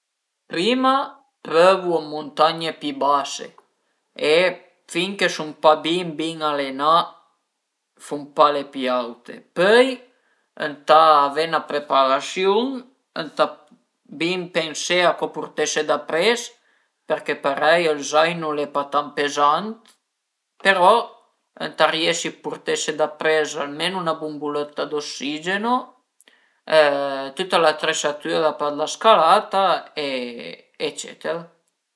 Prima prövu muntagne pi base e fin che sun pa bin bin alenà fun pa le pi aute, pöi ëntà avé 'na preparasiun, ëntà bin pensé a coza purtese dapres perché parei ël zainu al e pa tant pezant, però ëntà riesi a purtese dapres almenu 'na bumbulëtta d'ossigeno, tüta l'atresatüra për la scalata e eccetera